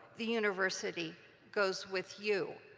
the university goes with you.